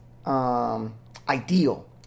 Ideal